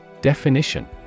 Definition